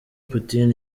putin